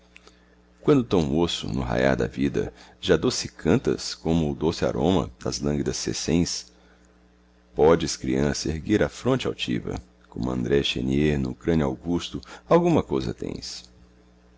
quando tão moço no raiar da vida já doce cantas como o doce aroma das lânguidas sessenta odes criança erguer a fronte altiva omo ndré ner no crânio augusto alguma cousa tens